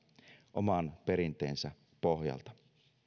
oman perinteensä pohjalta